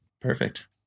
Perfect